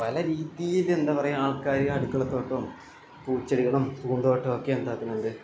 പല രീതിയിൽ എന്താ പറയുക ആൾക്കാര് അടുക്കളത്തോട്ടവും പൂച്ചെടികളും പൂന്തോട്ടവുമൊക്കെ എന്താക്കുന്നുണ്ട്